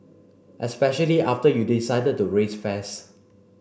especially after you decided to raise fares